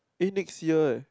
eh next year eh